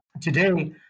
Today